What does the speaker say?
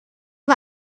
war